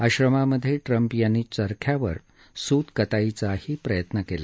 आश्रमात ट्रम्प यांनी चरख्यावर सूत कताईचाही प्रयत्न केला